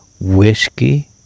Whiskey